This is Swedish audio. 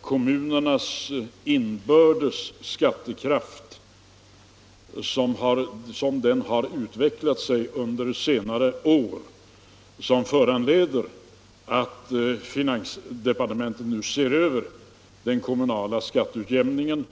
kommunernas inbördes skattekraft, som den har utvecklat sig under senare år, som föranleder att finansdepartementet nu ser över den kommunala skatteutjämningen.